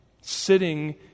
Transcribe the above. Sitting